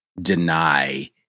deny—